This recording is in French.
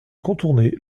contourner